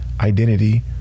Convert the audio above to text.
identity